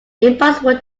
impossible